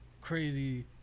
crazy